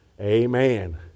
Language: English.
Amen